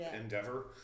endeavor